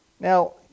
Now